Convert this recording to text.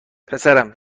پسرم